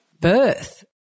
birth